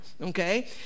okay